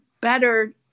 better